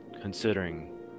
considering